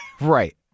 right